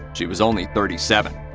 she was only thirty seven.